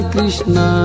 Krishna